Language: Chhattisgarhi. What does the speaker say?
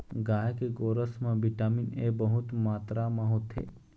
गाय के गोरस म बिटामिन ए बहुत मातरा म होथे